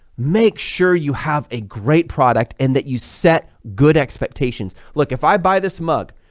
make sure you have a great product and that you set good expectations. look, if i buy this mug,